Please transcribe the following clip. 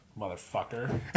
Motherfucker